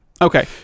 Okay